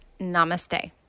Namaste